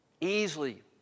Easily